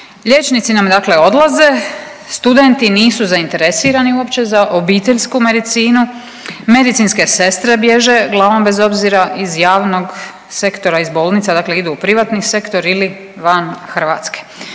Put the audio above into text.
Liječnici nam dakle odlaze, studenti nisu zainteresirani uopće za obiteljsku medicinu, medicinske sestre bježe glavom bez obzira iz javnog sektora, iz bolnica dakle idu u privatni sektor ili van Hrvatske.